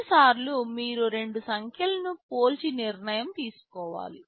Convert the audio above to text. కొన్నిసార్లు మీరు రెండు సంఖ్యలను పోల్చి నిర్ణయం తీసుకోవాలి